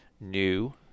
new